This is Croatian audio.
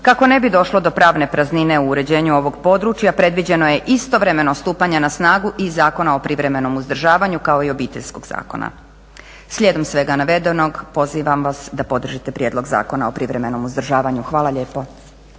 kako ne bi došlo do pravne praznine u uređenju ovog područja predviđeno je istovremeno stupanje na snagu i Zakona o privremenom uzdržavanju, kao i Obiteljskog zakona. Slijedom svega navedenog pozivam vas da podržite Prijedlog zakona o privremenom uzdržavanju. Hvala lijepo.